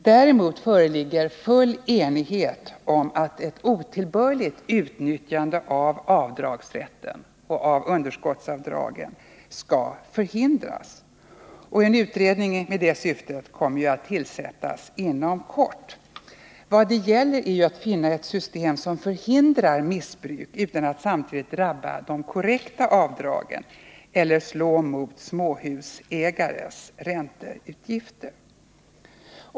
Däremot föreligger full enighet om att otillbörligt utnyttjande av avdragsrätt och underskottsavdrag skall förhindras. En utredning med det syftet kommer att tillsättas inom kort. Vad det gäller är att finna ett system som förhindrar missbruk utan att samtidigt drabba de korrekta avdragen eller slå mot småhusägares ränteutgifter.